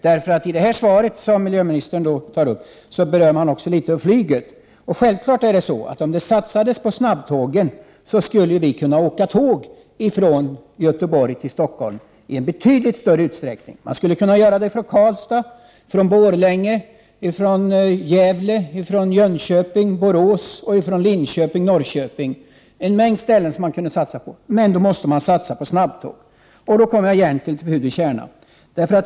I miljöministerns svar berörs ju också flyget något. Men om det satsades på snabbtågen, skulle vi självfallet kunna åka tåg från Göteborg till Stockholm i betydligt större utsträckning än som nu är fallet. Detsamma gäller för dem som åker från Karlstad, Borlänge, Gävle, Jönköping, Borås, Linköping och Norrköping. Det finns alltså en mängd ställen att satsa på. Man måste dock satsa på snabbtågen, och nu kommer jag till kärnan.